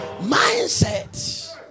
Mindset